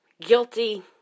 Guilty